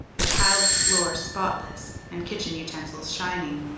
the tiled floor spotless and kitchen utensils shining.